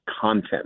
content